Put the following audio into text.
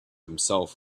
himself